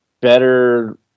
better